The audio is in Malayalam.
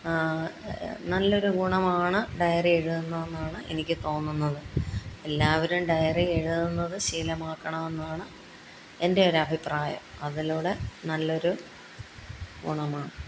നല്ലൊരു ഗുണമാണ് ഡയറി എഴുതുന്നതെന്നാണ് എനിക്ക് തോന്നുന്നത് എല്ലാവരും ഡയറി എഴുതുന്നത് ശീലമാക്കണമെന്നാണ് എൻ്റെ ഒരഭിപ്രായം അതിലൂടെ നല്ലൊരു ഗുണമാണ്